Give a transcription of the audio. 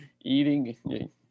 eating